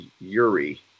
yuri